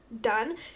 done